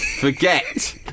Forget